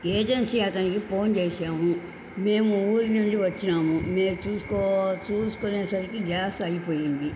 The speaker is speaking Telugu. ఏజెన్సీ అతనికి పోన్ చేశాము మేము ఊరి నుండి వచ్చినాము మీరు చూసుకో చూసుకునేసరికి గ్యాస్ అయిపోయింది